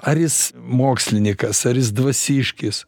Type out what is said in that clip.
ar jis mokslinykas ar jis dvasiškis